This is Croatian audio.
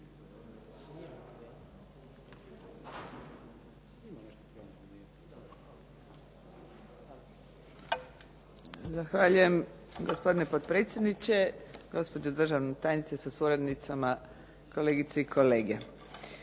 Zahvaljujem. Gospodine potpredsjedniče, gospođo državna tajnice sa suradnicama, kolegice i kolege